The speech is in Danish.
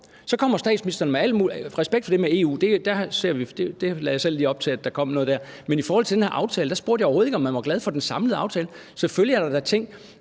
Så kommer statsministeren med alt muligt andet – altså respekt for det med EU, for jeg lagde selv lige op til, at der kom noget om det. Men i forhold til den her aftale spurgte jeg overhovedet ikke, om man var glad for den samlede aftale. Selvfølgelig er der da ting,